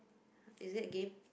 is it game